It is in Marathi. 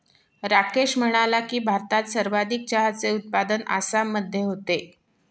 राकेश म्हणाला की, भारतात सर्वाधिक चहाचे उत्पादन आसाममध्ये होते